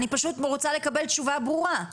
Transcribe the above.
אני פשוט רוצה לקבל תשובה ברורה.